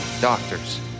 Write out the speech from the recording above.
doctors